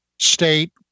state